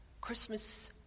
Christmas